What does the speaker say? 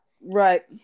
Right